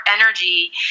energy